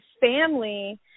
family